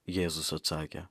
jėzus atsakė